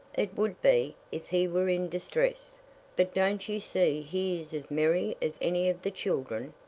it would be, if he were in distress but don't you see he is as merry as any of the children?